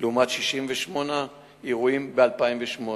לעומת 68 אירועים ב-2008.